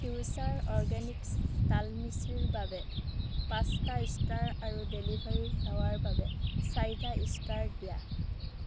future organics তাল মিচিৰিৰ বাবে পাঁচটা ষ্টাৰ আৰু ডেলিভাৰী সেৱাৰ বাবে চাৰিটা ষ্টাৰ দিয়া